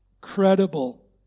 credible